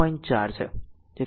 4 છે